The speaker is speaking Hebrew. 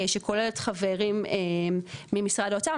שכוללת חברים ממשרד האוצר,